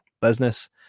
business